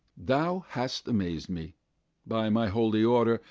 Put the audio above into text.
thou hast amaz'd me by my holy order,